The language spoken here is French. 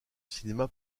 cinéma